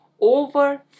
over